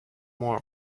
more